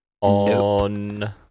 On